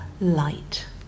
light